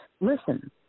listen